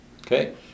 okay